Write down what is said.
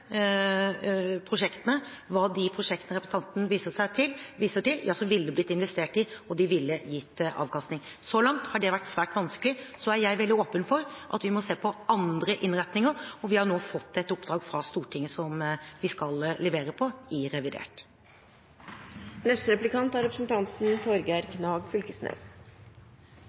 prosjektene var de prosjektene representanten viser til, ja, så ville de bli investert i, og de ville gitt avkastning. Så langt har det vært svært vanskelig. Og så er jeg veldig åpen for at vi må se på andre innretninger, og vi har nå fått et oppdrag fra Stortinget som vi skal levere på i revidert. Veldig mange har påpeikt at verkemiddelapparatet vi har i dag, er